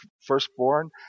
firstborn